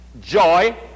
Joy